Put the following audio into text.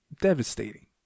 devastating